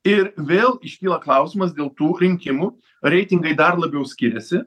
ir vėl iškyla klausimas dėl tų rinkimų reitingai dar labiau skiriasi